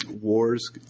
Wars